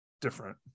different